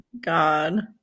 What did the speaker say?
God